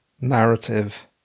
narrative